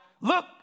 Look